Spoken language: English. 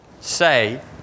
say